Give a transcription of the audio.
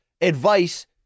advice